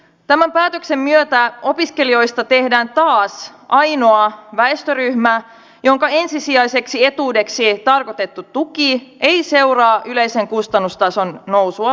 tämän päätöksen myötä opiskelijoista tehdään taas ainoa väestöryhmä jonka ensisijaiseksi etuudeksi tarkoitettu tuki ei seuraa yleisen kustannustason nousua lainkaan